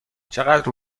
چقدر